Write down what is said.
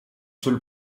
seule